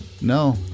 no